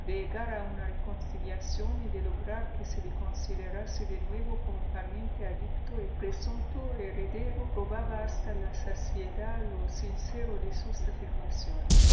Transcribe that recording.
a una reconciliación y de lograr que se le considerase de nuevo como pariente adicto y presunto heredero probaba hasta la saciedad lo sincero de sus afirmaciones